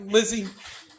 Lizzie